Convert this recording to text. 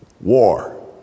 war